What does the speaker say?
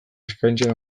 eskaintzen